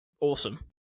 awesome